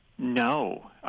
No